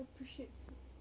appreciate food